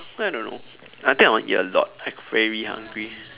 I don't know I think I want eat a lot like very hungry